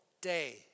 day